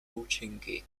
účinky